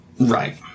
Right